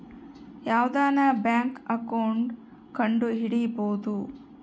ಯಾವ್ದನ bank account ಕಂಡುಹಿಡಿಬೋದು